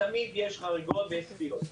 תמיד יש חריגות ויש סטיות.